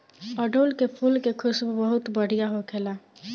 अढ़ऊल के फुल के खुशबू बहुत बढ़िया होखेला